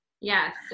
Yes